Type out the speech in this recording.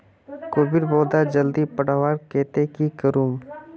कोबीर पौधा जल्दी बढ़वार केते की करूम?